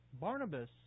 Barnabas